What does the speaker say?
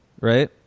right